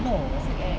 no